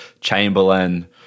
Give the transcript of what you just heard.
Chamberlain